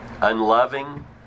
unloving